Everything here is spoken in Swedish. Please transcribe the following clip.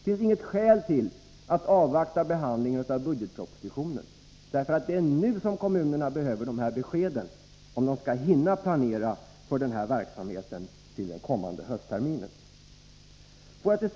Det finns inget skäl till att avvakta behandlingen av budgetpropositionen, eftersom det är nu som kommunerna behöver få dessa besked, om de skall hinna planera den här verksamheten till den kommande höstterminen. Fru talman!